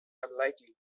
unlikely